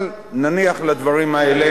הממשלה נותנת גיבוי, אבל נניח לדברים האלה.